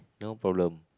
no problem